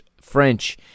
French